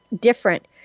different